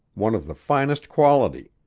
one of the finest quality.